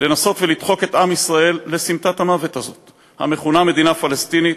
לנסות ולדחוק את עם ישראל לסמטת המוות הזו המכונה "מדינה פלסטינית",